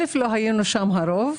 אל"ף, לא היינו שם הרוב,